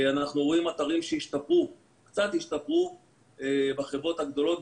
אנחנו רואים אתרים שקצת השתפרו בעיקר בחברות הגדולות,